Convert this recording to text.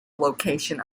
location